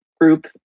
group